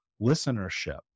listenership